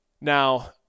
now